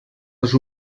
les